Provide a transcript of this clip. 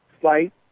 flight